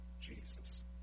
Jesus